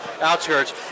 outskirts